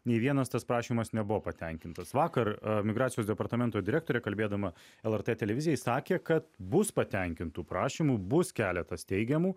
nei vienas tas prašymas nebuvo patenkintas vakar migracijos departamento direktorė kalbėdama lrt televizijai sakė kad bus patenkintų prašymų bus keletas teigiamų